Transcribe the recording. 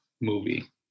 movie